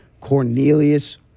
Cornelius